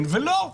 כן ולא.